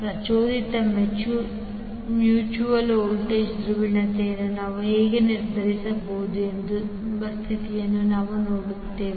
ಪ್ರಚೋದಿತ mutual voltage ಧ್ರುವೀಯತೆಯನ್ನು ನಾವು ಹೇಗೆ ನಿರ್ಧರಿಸಬಹುದು ಎಂಬ ಸ್ಥಿತಿಯನ್ನು ನಾವು ನೋಡುತ್ತೇವೆ